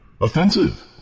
Offensive